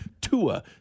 Tua